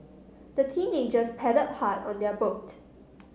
the teenagers paddled hard on their boat